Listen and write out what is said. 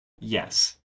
Yes